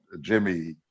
Jimmy